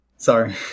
sorry